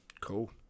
Cool